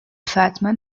fatima